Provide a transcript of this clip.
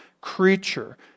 creature